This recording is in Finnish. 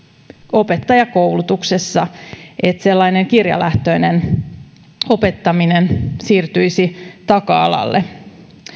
opettajakoulutuksessa että sellainen kirjalähtöinen opettaminen siirtyisi taka alalle